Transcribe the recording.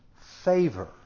Favor